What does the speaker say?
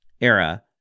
era